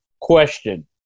question